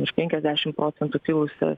virš penkiasdešim procentų kilusia